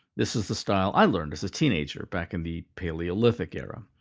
this is the style i learned as a teenager back in the paleolithic era.